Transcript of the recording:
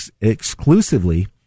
exclusively